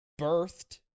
birthed